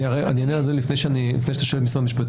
אני אענה על זה לפני שאתה שואל את במשרד המשפטים.